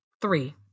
Three